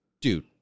dude